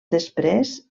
després